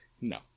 no